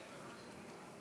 לחקיקה: